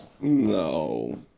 No